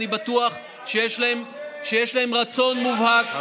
שאני בטוח שיש להם רצון מובהק להוביל,